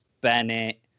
Bennett